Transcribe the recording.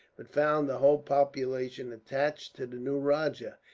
but found the whole population attached to the new rajah.